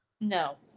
No